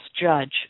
judge